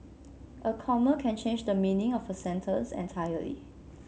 a comma can change the meaning of a sentence entirely